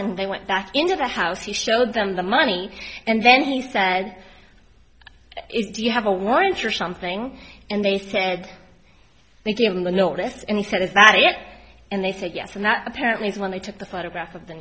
and they went back into the house he showed them the money and then he said do you have a warrant you're something and they said they gave him the notice and he said is that it and they said yes and that apparently is when they took the photograph of the